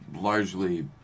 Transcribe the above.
largely